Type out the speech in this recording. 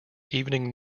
evening